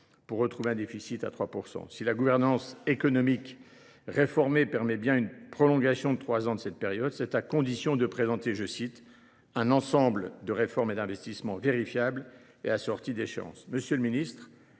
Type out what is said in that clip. pour retrouver un déficit de 3 %. Si la gouvernance économique européenne réformée permet bien une prolongation de trois ans de cette période, c’est à condition de présenter « un ensemble de réformes et d’investissements vérifiables et assortis d’échéances ».